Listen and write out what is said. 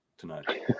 tonight